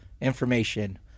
information